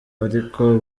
ariko